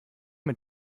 mit